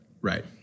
Right